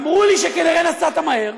אמרו לי: כנראה נסעת מהר.